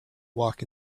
walk